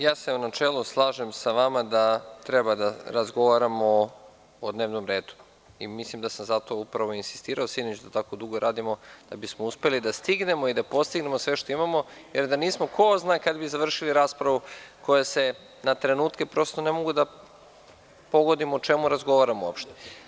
Ja se u načelu slažem sa vama, da treba da razgovaramo o dnevnom radu i mislim da sam zato upravo insistirao sinoć da tako dugo radimo, da bismo uspeli da stignemo i da postignemo sve što imamo, jer da nismo, ko zna kada bi završili raspravu koja se na trenutke, prosto ne mogu da pogodim o čemu razgovaramo uopšte.